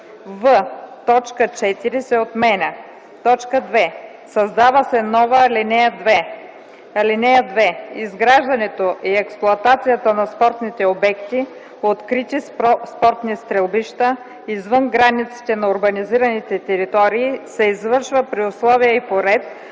4 се отменя. 2. Създава се нова ал. 2: „(2) Изграждането и експлоатацията на спортните обекти – открити спортни стрелбища, извън границите на урбанизираните територии, се извършва при условия и по ред,